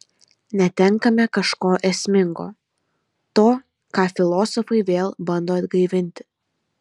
netenkame kažko esmingo to ką filosofai vėl bando atgaivinti